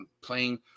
playing